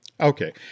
Okay